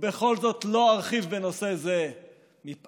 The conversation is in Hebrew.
ובכל זאת, לא ארחיב בנושא זה מפאת